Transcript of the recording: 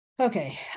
Okay